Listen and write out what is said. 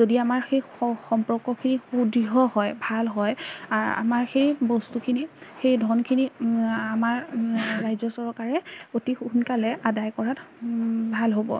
যদি আমাৰ সেই সম্পৰ্কখিনি সুদৃঢ় হয় ভাল হয় আমাৰ সেই বস্তুখিনি সেই ধনখিনি আমাৰ ৰাজ্য চৰকাৰে অতি সোনকালে আদায় কৰাত ভাল হ'ব